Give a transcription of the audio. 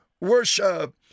worship